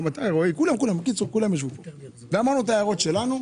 הערנו את ההערות שלנו,